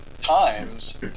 times